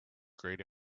great